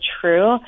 true